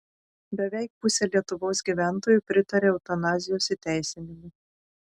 beveik pusė lietuvos gyventojų pritaria eutanazijos įteisinimui